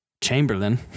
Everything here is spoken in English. Chamberlain